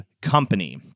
Company